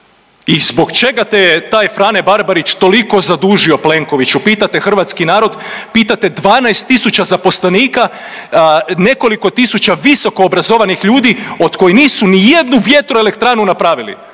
I zbog čega te taj Frane Barbarić toliko zadužio Plenkoviću? Pita te hrvatski narod, pita te 12.000 zaposlenika, nekoliko tisuća visoko obrazovanih ljudi od kojih nisu nijednu vjetroelektranu napravili.